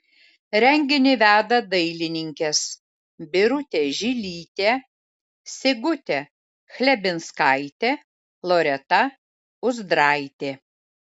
renginį veda dailininkės birutė žilytė sigutė chlebinskaitė loreta uzdraitė